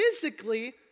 Physically